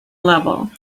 level